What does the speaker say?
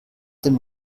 dem